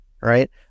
right